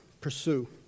Pursue